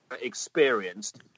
experienced